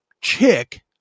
chick